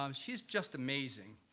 um she's just amazing.